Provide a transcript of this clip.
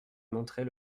montrer